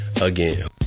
again